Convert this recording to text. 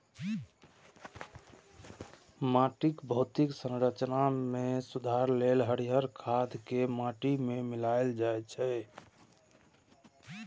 माटिक भौतिक संरचना मे सुधार लेल हरियर खाद कें माटि मे मिलाएल जाइ छै